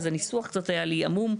זה ניסוח קצת עמום.